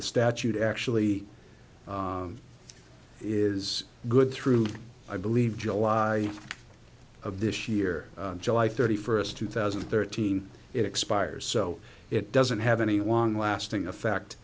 the statute actually is good through i believe july of this year july thirty first two thousand and thirteen expires so it doesn't have any long lasting effect